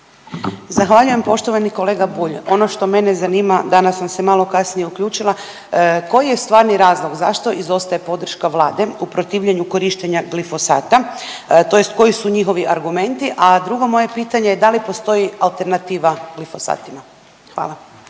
Zahvaljujem. Poštovani kolega Bulj, ono što mene zanima, danas sam se malo kasnije uključila, koji je stvarni razlog, zašto izostaje podrška Vlade u protivljenju korištenja glifosata tj. koji su njihovi argumenti? A drugo moje pitanje je, da li postoji alternativa glifosatima? Hvala.